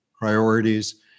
priorities